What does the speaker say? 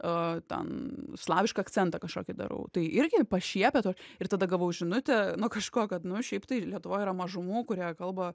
o ten slavišką akcentą kažkokį darau tai irgi pašiepia tas ir tada gavau žinutę nuo kažko kad nu šiaip tai lietuvoj yra mažumų kurie kalba